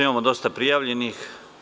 Imamo dosta prijavljenih.